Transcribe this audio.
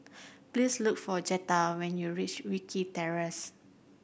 please look for Jetta when you reach Wilkie Terrace